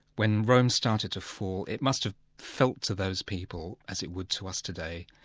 when rome started to fall, it must have felt to those people as it would to us today,